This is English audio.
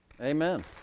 Amen